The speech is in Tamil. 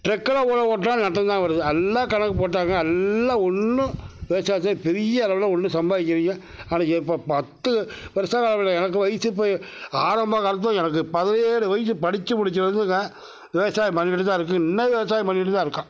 ட்ரக்கில் உழவு ஓட்டினாலும் நஷ்டந்தான் வருது எல்லாம் கணக்கு போட்டாங்க எல்லாம் ஒன்றும் விவசாயத்தில் பெரிய அளவில் ஒன்றும் சம்பாதிக்கலைங்க எனக்கு இப்போ பத்து வருஷம் எனக்கு இப்போ வயசு ஆரம்ப காலத்தில் எனக்கு பதினேழு வயசு படிச்சு முடிச்சதுலேருந்துங்க விவசாயம் பண்ணிகிட்டுதான் இருக்கோம் இன்னும் விவசாயம் பண்ணிட்டு தான் இருக்கோம்